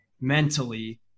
mentally